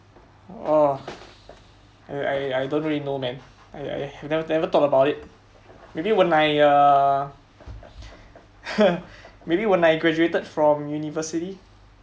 oh I I I don't really know man I I I never thought about it maybe when I uh maybe when I graduated from university